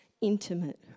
intimate